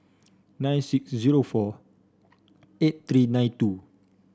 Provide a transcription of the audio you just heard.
nine six zero four eight three nine two